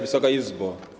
Wysoka Izbo!